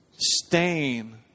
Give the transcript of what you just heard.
stain